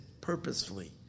purposefully